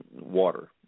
water